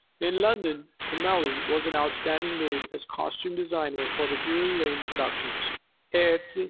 in london, comelli was an outstanding name as costume designer for the drury lane productions erte,